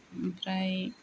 ओमफ्राय